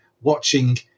watching